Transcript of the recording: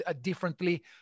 differently